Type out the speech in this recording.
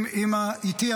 איתי,